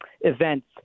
events